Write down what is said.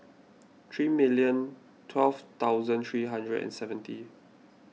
three million twelve thousand three hundred and seventy